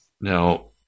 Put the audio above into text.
Now